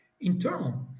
Internal